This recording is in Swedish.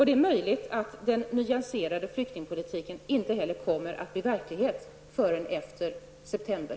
Det är möjligt att den nyanserade flyktingpolitiken inte kommer att bli verklighet förrän efter september.